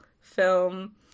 film